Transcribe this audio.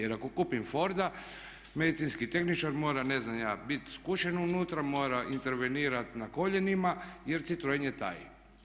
Jer ako kupim forda medicinski tehničar mora ne znam biti skučen unutra, mora intervenirat na koljenima jer citroen je taj.